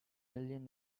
million